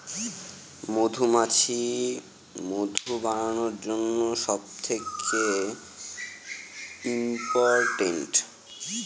মধুমাছি মধু বানানোর জন্য সব থেকে ইম্পোরট্যান্ট